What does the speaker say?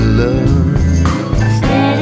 love